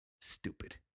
Stupid